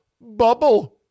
bubble